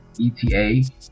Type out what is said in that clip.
ETA